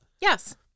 Yes